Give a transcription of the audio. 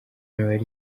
imibare